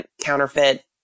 counterfeit